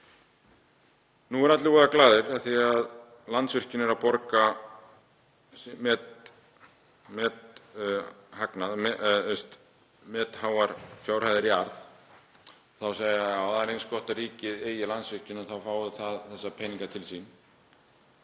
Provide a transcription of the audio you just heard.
Nú eru allir voða glaðir af því að Landsvirkjun er að borga metháar fjárhæðir í arð. Þá segja menn: Það er eins gott að ríkið eigi Landsvirkjun og fái þessa peninga til sín.